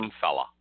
fella